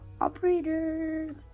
operator